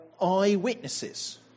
eyewitnesses